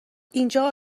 اینجا